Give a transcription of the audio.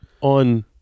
On